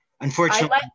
unfortunately-